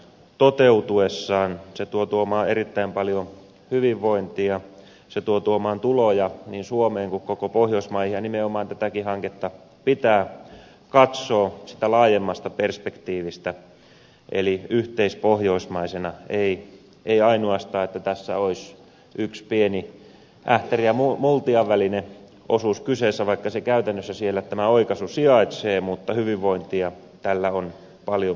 toteutuessaan se tulee tuomaan erittäin paljon hyvinvointia se tulee tuomaan tuloja niin suomeen kuin koko pohjoismaihinkin ja nimenomaan tätäkin hanketta pitää katsoa laajemmasta perspektiivistä eli yhteispohjoismaisena ei ainoastaan että tässä olisi yksi pieni ähtärin ja multian välinen osuus kyseessä vaikka käytännössä siellä tämä oikaisu sijaitsee mutta hyvinvointia tällä saadaan paljon laajemmalti